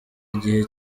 igihe